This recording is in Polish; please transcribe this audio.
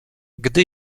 gdy